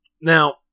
Now-